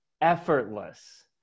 effortless